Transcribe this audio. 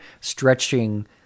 stretching